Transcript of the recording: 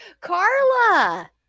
Carla